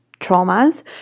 traumas